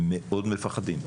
הם מאוד מפחדים.